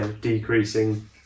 decreasing